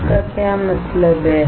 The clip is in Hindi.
इसका क्या मतलब है